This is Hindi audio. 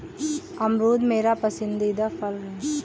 अमरूद मेरा पसंदीदा फल है